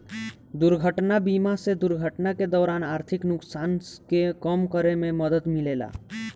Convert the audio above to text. दुर्घटना बीमा से दुर्घटना के दौरान आर्थिक नुकसान के कम करे में मदद मिलेला